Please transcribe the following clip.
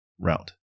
route